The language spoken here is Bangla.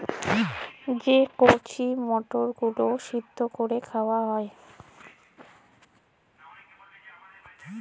যে কঁচি মটরগুলা সিদ্ধ ক্যইরে খাউয়া হ্যয়